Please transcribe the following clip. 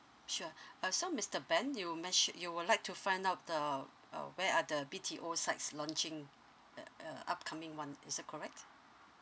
sure uh so mister ben you mentio~ you would like to find out the uh where are the B_T_O sites launching uh uh upcoming one is that correct